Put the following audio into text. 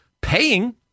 paying